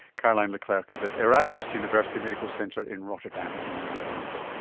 carlijn le clercq is at erasmus university medical centre in rotterdam in the netherlands